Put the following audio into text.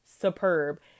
superb